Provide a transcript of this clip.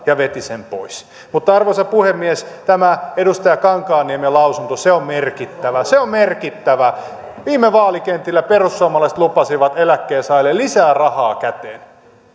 ja veti sen pois mutta arvoisa puhemies tämä edustaja kankaanniemen lausunto on merkittävä se on merkittävä viime vaalikentillä perussuomalaiset lupasivat eläkkeensaajille lisää rahaa käteen